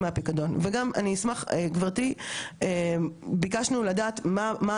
ביקשנו לדעת מה הנוהל לגבי הניכויים בזמן שהעובדים עדיין בישראל,